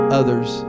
others